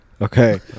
Okay